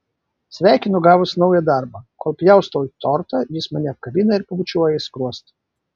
sveikinu gavus naują darbą kol pjaustau tortą jis mane apkabina ir pabučiuoja į skruostą